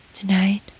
Tonight